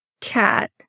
cat